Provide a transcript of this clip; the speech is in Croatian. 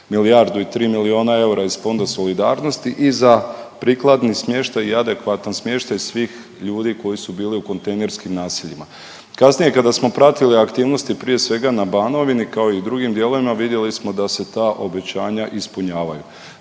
milijardu i 3 milijuna eura iz Fonda solidarnosti i za prikladni smještaj i adekvatan smještaj svih ljudi koji su bili u kontejnerskim naseljima. Kasnije kada smo pratili aktivnosti, prije svega na Banovini, kao i u drugim dijelovima, vidjeli smo da se ta obećanja ispunjavaju.